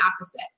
opposite